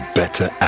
better